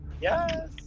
Yes